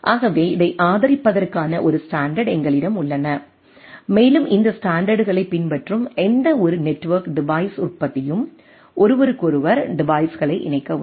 ஆகவே இதை ஆதரிப்பதற்கான ஒரு ஸ்டாண்டர்டு எங்களிடம் உள்ளது மேலும் இந்த ஸ்டாண்டர்டுகளைப் பின்பற்றும் எந்தவொரு நெட்வொர்க் டிவைஸ் உற்பத்தியும் ஒருவருக்கொருவர் டிவைஸ்களை இணைக்க உதவும்